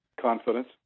Confidence